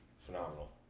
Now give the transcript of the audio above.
phenomenal